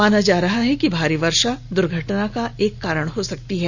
माना जा रहा है कि भारी वर्षा द्र्घटना का एक कारण हो सकती है